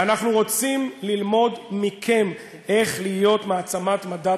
אנחנו רוצים ללמוד מכם איך להיות מעצמת מדע,